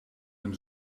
een